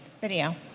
Video